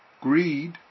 greed